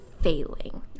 failing